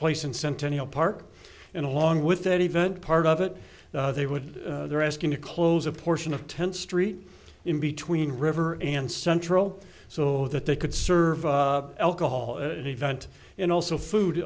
place in centennial park and along with that event part of it they would they're asking to close a portion of tenth street in between river and central so that they could serve alcohol event and also food